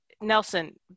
Nelson